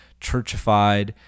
churchified